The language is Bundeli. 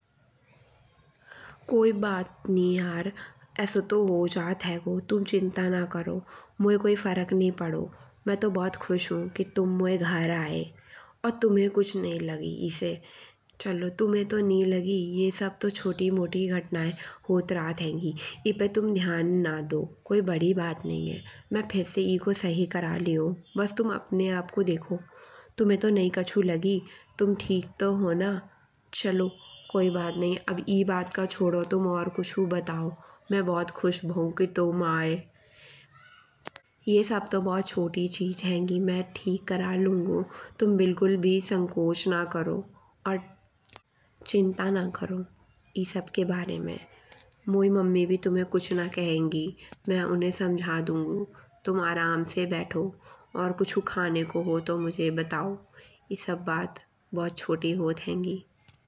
कोई बात नी यार ऐसो तो हो जात हेगो। तुम चिंता ना करो मोये कोई फरक नई पडो। मैं तो भोत खुश हूँ कि तुम मोये घर आए। और तुम्हे कुछ नई लगी इसे। चलो तुम्हे तो नई लगी ये सब तो छोटी मोटी घटनाएँ होत रहत हेंगी। एपे तुम ध्यान न दो को बड़ी बात नई है। मैं फिर से एको सही कर लिहु बस तुम अपने आप को देखो। तुमे तो नई कछु लगी। तुम ठीक तो हो न। चलो कोई बात नहीं अब ई बात का छोड़ो तुम और कछु बताओ। मैं भोत खुश भउ कि तुम आए। ई सब तो भोत छोटी चीज हेंगी मैं ठीक कर लुंगो तुम बिलकुल भी संकोच ना करो। और चिंता ना करो ई सब के बारे में। मोयी मम्मी भी तोये कुछ ना कहेंगी मैं उन्हें समझा दुंगो। तुम आराम से बैठो और कछु खाने को होए तो मुझे बताओ। ई सब बात भोत छोटी होत हेंगी।